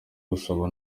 gusaba